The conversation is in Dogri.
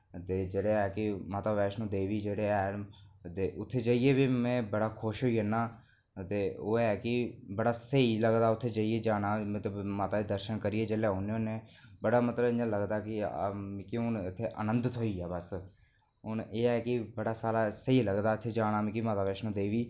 जेह्ड़ा ऐ की माता वैष्णो देवी जेह्ड़ा ऐ की ते उत्थै जाइयै बी में बड़ा खुश होई जन्ना आं ते ओह् ऐ कि बड़ा स्हेई लगदा उत्थें जाइयै ते जाना ते माता दे दर्शन करियै जेल्लै औने होने बड़ा मतलब इंया लगदा की मिगी हून इत्थें आनंद थ्होइया बस ते हून एह् ऐ की बड़ा सारा स्हेई लगदा उत्थै जाना मिगी माता वैष्णो देवी